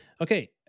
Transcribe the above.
Okay